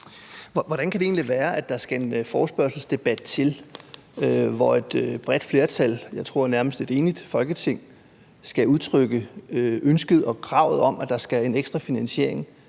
Hvordan kan det egentlig være, at der skal en forespørgselsdebat til, hvor et bredt flertal – jeg tror nærmest et enigt Folketing – skal udtrykke ønsket og kravet om, at der skal en ekstra finansiering